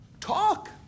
Talk